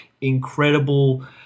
incredible